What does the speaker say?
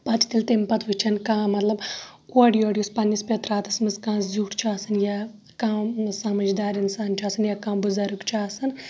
پَتہٕ چھِ تیٚلہِ تمہِ پَتہٕ وٕچھان کانٛہہ مَطلَب اورٕ یورٕ یُس پَننِس پتراتَس مَنٛز زیُٹھ چھُ آسان یا کانٛہہ سمجدار اِنسان چھُ آسان یا کانٛہہ بُزرگ چھُ آسان